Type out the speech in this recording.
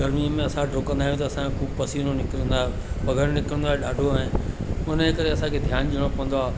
गरमीअ में असां डुकंदा आहियूं त असांजो पसीनो निकिरंदो आहे पघर निकिरंदो आहे ॾाढो ऐं उन जे करे असांखे ध्यानु ॼणो पवंदो आहे